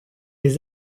les